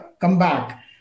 comeback